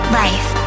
life